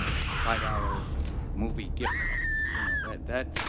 a five dollars movie gift card, you know, that, that,